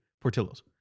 Portillo's